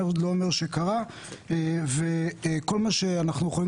כל מה שאנחנו,